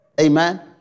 Amen